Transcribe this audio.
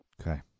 Okay